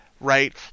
right